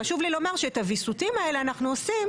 חשוב לומר שאת הויסותים האלה אנחנו עושים